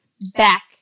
back